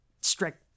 strict